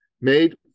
made